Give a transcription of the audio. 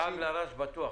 לעג לרש בטוח.